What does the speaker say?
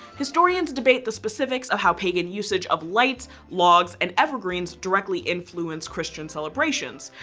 historians debate the specifics of how pagan usage of lights, logs and evergreens directly influenced christian celebrations.